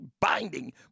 binding